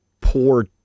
poor